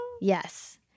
Yes